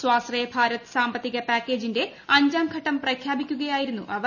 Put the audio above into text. സ്യശ്രിയ ഭാരത് സാമ്പത്തിക പാക്കേജിന്റെ അഞ്ചാം ഘട്ടം പ്രഖ്യൂർപിക്കുകയായിരുന്നു അവർ